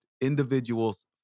individual's